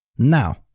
now,